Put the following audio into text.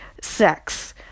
sex